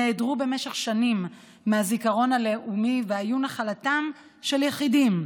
נעדרו במשך שנים מהזיכרון הלאומי והיו נחלתם של יחידים,